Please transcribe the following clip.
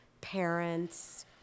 parents